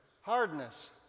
Hardness